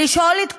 לשאול את כולנו: